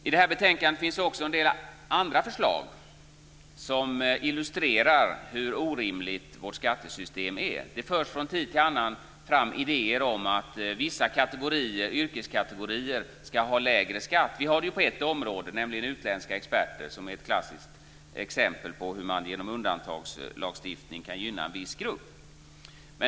I betänkandet finns också en del andra förslag som illustrerar hur orimligt vårt skattesystem är. Det förs från tid till annan fram idéer om att vissa yrkeskategorier ska ha lägre skatt. Vi har det ju på ett område, nämligen för utländska experter, som är ett klassiskt exempel på hur man genom undantagslagstiftning kan gynna en viss grupp.